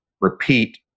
repeat